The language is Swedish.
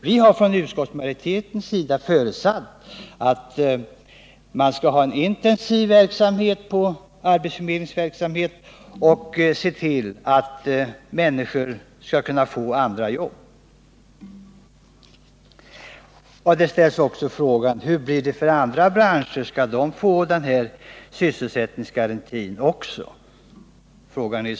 Vi har från utskottsmajoritetens sida förutsatt att man skall ha en intensiv arbetsförmedlingsverksamhet och se till att människorna skall kunna få andra jobb. Nils Åsling frågar vidare: Hur blir det för andra branscher? Skall också de få sysselsättningsgaranti?